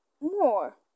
more